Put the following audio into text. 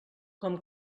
com